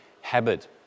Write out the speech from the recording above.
habit